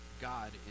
God